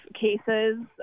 cases